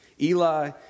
Eli